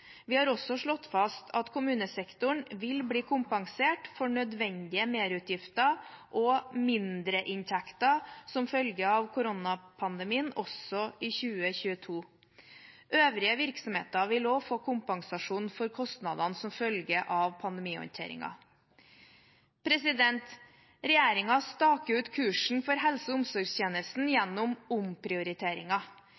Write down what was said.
Vi har også slått fast at kommunesektoren vil bli kompensert for nødvendige merutgifter og mindreinntekter som følge av koronapandemien også i 2022. Øvrige virksomheter vil også få kompensasjon for kostnadene som følge av pandemihåndteringen. Regjeringen staker ut kursen for helse- og omsorgstjenesten